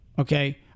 okay